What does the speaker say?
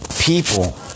people